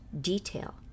detail